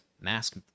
mask